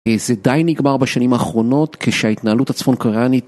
זה די נגמר בשנים האחרונות כשההתנהלות הצפון קוראנית